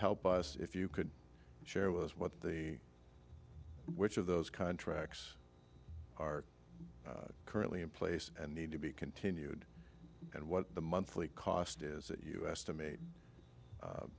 help us if you could share with us what the which of those contracts are currently in place and need to be continued and what the monthly cost is that you